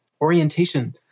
orientation